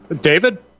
David